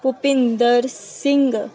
Bhupinder Singh